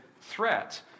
threat